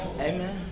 Amen